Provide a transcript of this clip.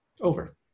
Over